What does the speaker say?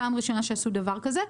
פעם ראשונה שעשו דבר כזה.